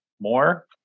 more